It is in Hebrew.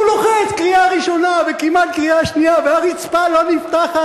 והוא לוחץ קריאה ראשונה וכמעט קריאה שנייה והרצפה לא נפתחת,